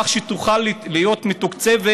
כך שהיא תוכל להיות מתוקצבת,